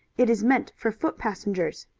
it is meant for foot passengers.